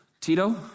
Tito